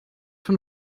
von